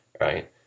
Right